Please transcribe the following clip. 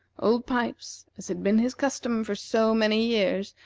old pipes, as had been his custom for so many years,